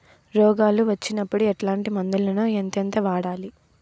రోగాలు వచ్చినప్పుడు ఎట్లాంటి మందులను ఎంతెంత వాడాలి?